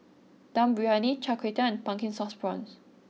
Dum Briyani Char Kway Teow and Pumpkin Sauce Prawns